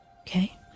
Okay